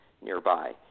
nearby